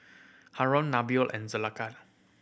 Haron Nabil and Zulaikha